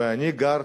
ואני גר,